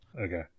Okay